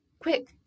Quick